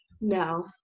no